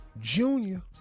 Junior